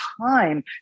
time